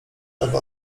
ewa